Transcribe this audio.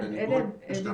רק